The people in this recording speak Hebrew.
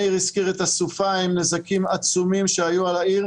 מאיר הזכיר את הסופה עם הנזקים העצומים שהיו על העיר.